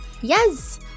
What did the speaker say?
yes